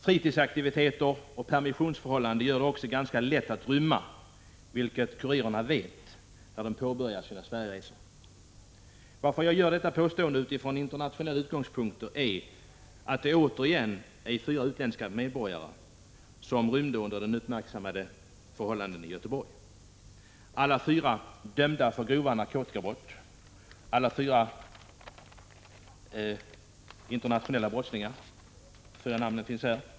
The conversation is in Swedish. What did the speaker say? Fritidsaktiviteter och permissionsförhållanden gör det också ganska lätt att rymma, vilket kurirerna vet när de påbörjar sina Sverigeresor. Att jag gör dessa påståenden från internationella utgångspunkter beror på att det återigen var fyra utländska medborgare som rymde under de uppmärksammade förhållandena i Göteborg — alla fyra dömda för grova narkotikabrott, alla fyra internationella brottslingar, namnen på alla fyra är kända.